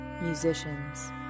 musicians